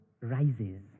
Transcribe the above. rises